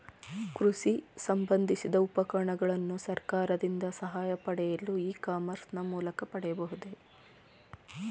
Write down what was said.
ಕೃಷಿ ಸಂಬಂದಿಸಿದ ಉಪಕರಣಗಳನ್ನು ಸರ್ಕಾರದಿಂದ ಸಹಾಯ ಪಡೆಯಲು ಇ ಕಾಮರ್ಸ್ ನ ಮೂಲಕ ಪಡೆಯಬಹುದೇ?